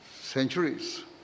centuries